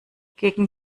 gegen